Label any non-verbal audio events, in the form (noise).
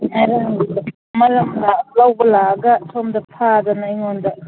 (unintelligible) ꯂꯧꯕ ꯂꯥꯛꯑꯒ ꯁꯣꯝꯗ ꯐꯥꯗꯅ ꯑꯩꯉꯣꯟꯗ